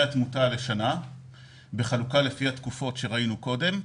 התמותה לשנה בחלוקה לפי התקופות שראינו קודם.